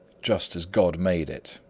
just as god made it.